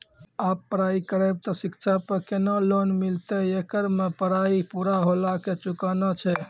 आप पराई करेव ते शिक्षा पे केना लोन मिलते येकर मे पराई पुरा होला के चुकाना छै?